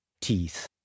teeth